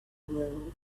world